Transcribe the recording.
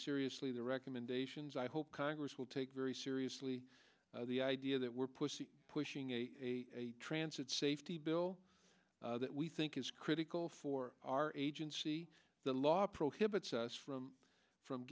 seriously the recommendations i hope congress will take very seriously the idea that we're pushing pushing a transit safety bill that we think is critical for our agency the law prohibits us from from